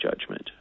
judgment